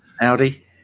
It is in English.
Audi